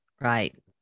Right